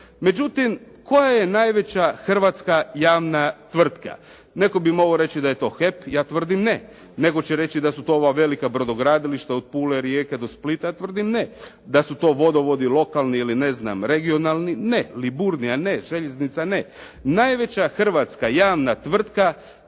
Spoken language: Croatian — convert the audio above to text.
Međutim, koja je najveća hrvatska javna tvrtka, netko bi mogao reći da je to HEP, ja tvrdim ne, netko će reći da su to ova velika brodogradilišta, od Pule, Rijeke i Splita, ja tvrdim ne. Da su to vodovodi lokalni ili ne znam regionalni ne, Liburnija ne, željeznica ne. Najveća hrvatska javna tvrtka